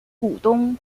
股东